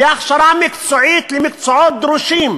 בהכשרה מקצועית למקצועות דרושים,